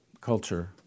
culture